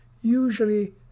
usually